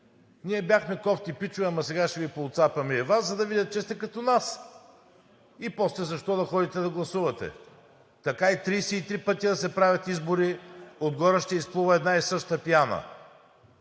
Ние бяхме кофти пичове, ама сега ще Ви пооцапаме и Вас, за да видят, че сте като нас, и после защо да ходите да гласувате? Така и 33 пъти да се правят избори, отгоре ще изплува една и съща пяна.